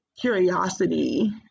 curiosity